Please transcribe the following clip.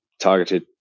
targeted